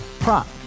Prop